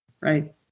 Right